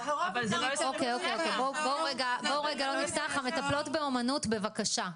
אוקיי, בואו לא נפסח על המטפלות באומנות, בבקשה.